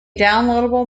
downloadable